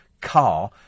car